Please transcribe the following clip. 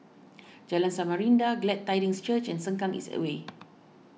Jalan Samarinda Glad Tidings Church and Sengkang East Way